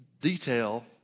detail